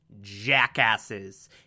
jackasses